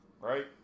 right